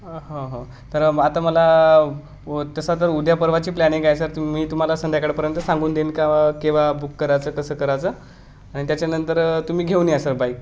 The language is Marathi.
हो हो तर आता मला तसं तर उद्या परवाची प्लॅनिंग आहे सर मी तुम्हाला संध्याकाळपर्यंत सांगून देईन का केव्हा बुक कराचं कसं कराचं आणि त्याच्यानंतर तुम्ही घेऊन या सर बाईक